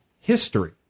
history